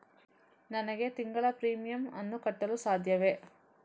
ನನಗೆ ತಿಂಗಳ ಪ್ರೀಮಿಯಮ್ ಅನ್ನು ಕಟ್ಟಲು ಸಾಧ್ಯವೇ?